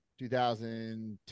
2010